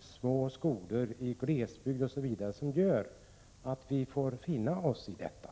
små skolor i glesbygd, osv. — som gör att vi får finna oss i detta.